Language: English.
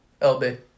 LB